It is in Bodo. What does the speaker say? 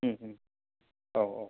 उम उम औ औ